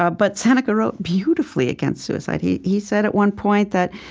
ah but seneca wrote beautifully against suicide. he he said at one point that